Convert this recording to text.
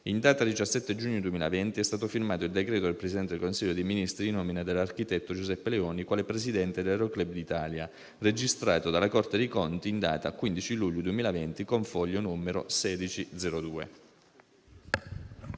In data 17 giugno 2020 è stato firmato il decreto del Presidente del Consiglio dei ministri di nomina dell'architetto Giuseppe Leoni quale presidente dell'Aero Club d'Italia, registrato dalla Corte dei conti in data 15 luglio 2020, con foglio n. 1602.